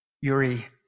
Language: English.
yuri